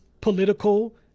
political